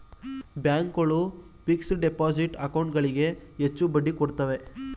bank ಗಳು fixed deposit account ಗಳಿಗೆ ಹೆಚ್ಚು ಬಡ್ಡಿ ಕೊಡುತ್ತವೆ